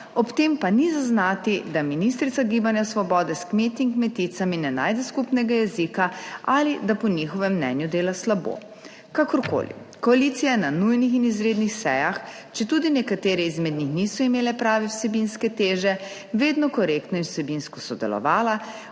ob tem pa ni zaznati, da ministrica Gibanja Svobode s kmeti in kmeticami ne najde skupnega jezika ali da po njihovem mnenju dela slabo. Kakorkoli, koalicija je na nujnih in izrednih sejah, četudi nekatere izmed njih niso imele prave vsebinske teže, vedno korektno in vsebinsko sodelovala,